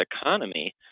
economy